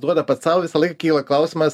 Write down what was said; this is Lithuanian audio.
duoda pats sau visąlaik kyla klausimas